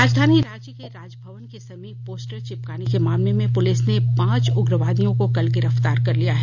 राजधानी रांची के राजभवन के समीप पोस्टर चिपकाने के मामले में पुलिस ने पांच उग्रवादियों को कल गिरफ्तार कर लिया है